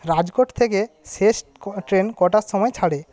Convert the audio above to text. রাজকোট থেকে শেষ ট্রেন কটার সময় ছাড়ে